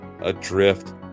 adrift